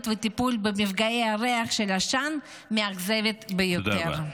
וטיפול במפגעי הריח של העשן מאכזבת ביותר.